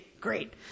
Great